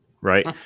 right